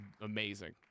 amazing